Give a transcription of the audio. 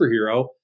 superhero